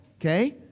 okay